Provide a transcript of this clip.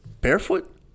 barefoot